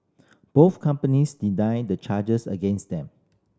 both companies deny the charges against them